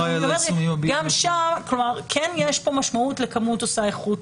כן יש פה משמעות לכמות עושה איכות,